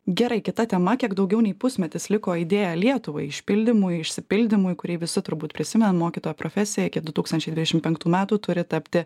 gerai kita tema kiek daugiau nei pusmetis liko idėja lietuvai išpildymui išsipildymui kurį visi turbūt prisimena mokytojo profesija iki du tūkstančiai dvidešimt penktų metų turi tapti